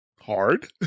hard